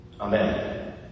Amen